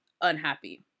unhappy